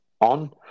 on